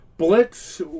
Blitz